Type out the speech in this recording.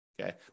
Okay